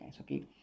okay